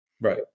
Right